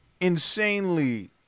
insanely